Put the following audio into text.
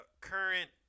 current